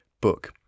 book